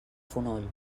fonoll